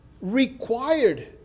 required